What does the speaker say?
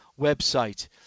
website